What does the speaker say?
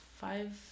five